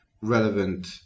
relevant